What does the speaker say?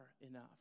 enough